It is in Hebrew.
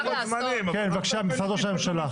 כן, בבקשה, משרד ראש הממשלה.